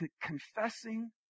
confessing